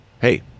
hey